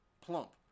plump